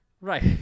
Right